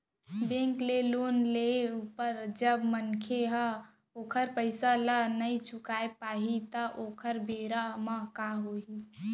bank ले loan लेय ऊपर जब मनसे ह ओखर पइसा ल नइ चुका पाही त ओ बेरा म काय होही